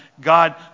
God